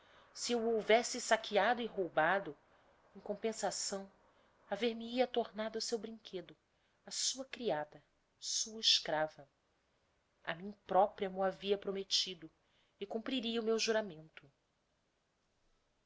se eu o houvesse saqueado e roubado em compensação haver me hia tornado o seu brinquedo a sua criada sua escrava a mim propria m'o havia prometido e cumpriria o meu juramento